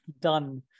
done